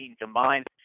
combined